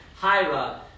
Hira